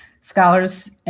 scholars